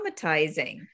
traumatizing